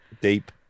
Deep